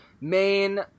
main